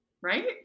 Right